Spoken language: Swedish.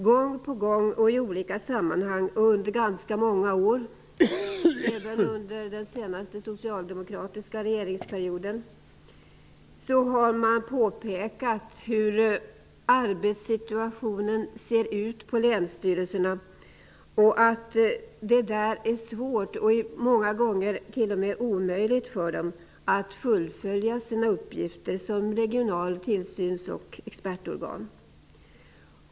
Gång på gång, i olika sammanhang och under ganska många år, även under den senaste socialdemokratiska regeringsperioden, har länsstyrelserna påpekat hur deras arbetssituation ser ut, att det är svårt och t.o.m. omöjligt för dem att fullfölja sina uppgifter som regionalt tillsyns och expertorgan.